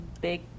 big